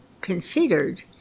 considered